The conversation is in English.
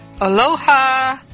Aloha